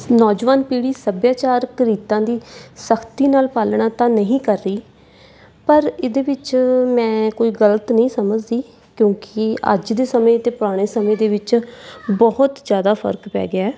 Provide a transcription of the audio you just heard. ਨੌਜਵਾਨ ਪੀੜ੍ਹੀ ਸੱਭਿਆਚਾਰਕ ਰੀਤਾਂ ਦੀ ਸਖਤੀ ਨਾਲ ਪਾਲਣਾ ਤਾਂ ਨਹੀਂ ਕਰ ਰਹੀ ਪਰ ਇਹਦੇ ਵਿੱਚ ਮੈਂ ਕੋਈ ਗਲਤ ਨਹੀਂ ਸਮਝਦੀ ਕਿਉਂਕਿ ਅੱਜ ਦੇ ਸਮੇਂ ਅਤੇ ਪੁਰਾਣੇ ਸਮੇਂ ਦੇ ਵਿੱਚ ਬਹੁਤ ਜ਼ਿਆਦਾ ਫਰਕ ਪੈ ਗਿਆ